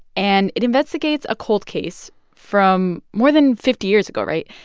and it investigates a cold case from more than fifty years ago, right?